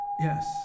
Yes